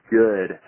good